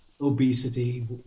obesity